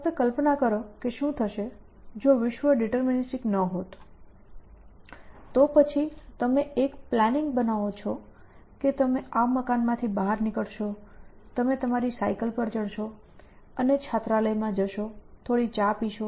ફક્ત કલ્પના કરો કે શું થશે જો વિશ્વ ડિટર્મિનીસ્ટિક ન હોત તો પછી તમે એક પ્લાનિંગ બનાવો છો કે તમે આ મકાનમાંથી બહાર નીકળશો તમે તમારી સાયકલ પર ચઢશો અને છાત્રાલયમાં જશો અને થોડી ચા પીશો